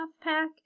Pack